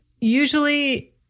Usually